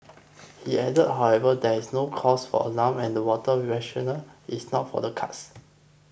he added however that there is no cause for alarm and that water rationing is not for the cards